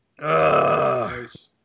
Nice